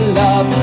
love